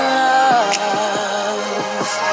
love